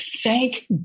thank